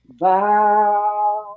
bow